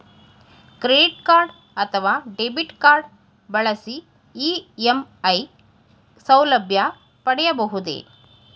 Credit card ಅಥವಾ debit card ಬಳಸಿ EMI ಸೌಲಭ್ಯ ಪಡೆಯಬಹುದೇ?